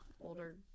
older